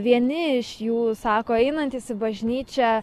vieni iš jų sako einantys į bažnyčią